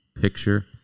Picture